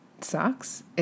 sucks